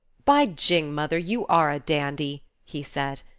by jing, mother, you are a dandy! he said.